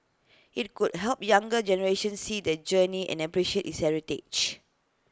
IT could help younger generations see that journey and appreciate its heritage